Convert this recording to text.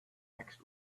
next